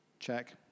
Check